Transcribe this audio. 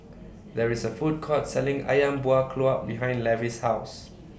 There IS A Food Court Selling Ayam Buah Keluak behind Levy's House